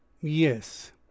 Yes